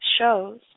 shows